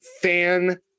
fan